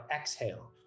exhale